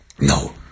No